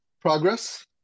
progress